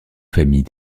famille